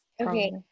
Okay